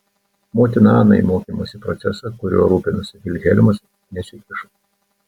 motina ana į mokymo procesą kuriuo rūpinosi vilhelmas nesikišo